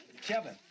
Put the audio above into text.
Kevin